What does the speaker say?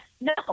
No